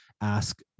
ask